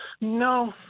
no